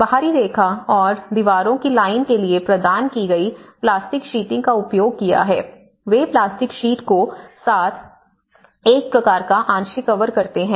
बाहरी रेखा और दीवारों की लाइन के लिए प्रदान की गई प्लास्टिक शीटिंग का उपयोग किया है वे प्लास्टिक शीट को साथ एक प्रकार का आंशिक कवर करते हैं